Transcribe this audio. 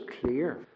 clear